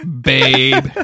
babe